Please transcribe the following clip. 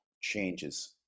changes